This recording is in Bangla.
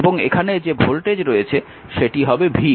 এবং এখানে যে ভোল্টেজ রয়েছে সেটি হবে v